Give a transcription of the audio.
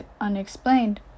unexplained